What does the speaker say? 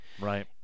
Right